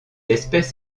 espèce